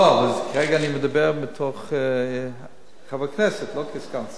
לא, אבל כרגע אני מדבר בתור חבר כנסת, לא כסגן שר.